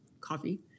coffee